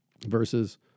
Versus